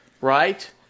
Right